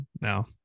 now